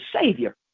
Savior